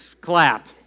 clap